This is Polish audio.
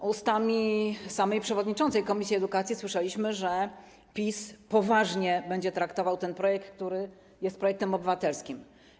Z ust samej przewodniczącej komisji edukacji słyszeliśmy, że PiS poważnie będzie traktował projekt, który jest projektem obywatelskim.